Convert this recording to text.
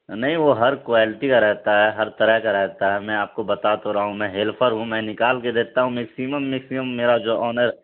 نہیں وہ ہر کوالٹی کا رہتا ہے ہر طرح کا رہتا ہے میں آپ کو بات رہا ہوں میں ہیلپر ہوں میں نکال کے دیتا ہوں میکسیمم میکسیم میرا جو آنر